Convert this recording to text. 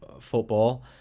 football